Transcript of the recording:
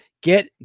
Get